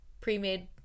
pre-made